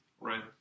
Right